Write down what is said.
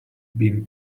been